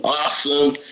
awesome